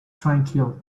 tranquil